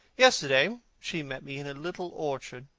yesterday she met me in a little orchard.